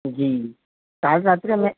જી કાલે રાત્રે મેં